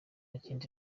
kindi